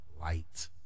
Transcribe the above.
Light